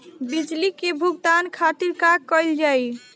बिजली के भुगतान खातिर का कइल जाइ?